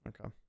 Okay